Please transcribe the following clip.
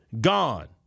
Gone